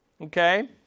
Okay